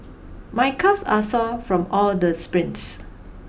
my calves are sore from all the sprints